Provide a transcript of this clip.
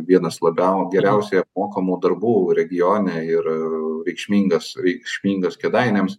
vienas labiau geriausiai apmokamų darbų regione ir reikšmingas reikšmingas kėdainiams